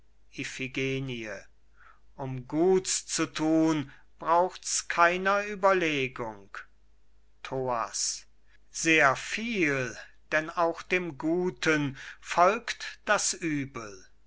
um gut's zu thun braucht's keiner überlegung thoas sehr viel denn auch dem guten folgt das übel